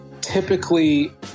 typically